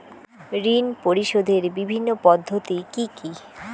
ঋণ পরিশোধের বিভিন্ন পদ্ধতি কি কি?